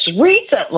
recently